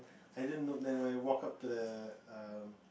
I didn't look then when I walk up to the um